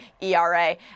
ERA